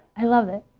i love it.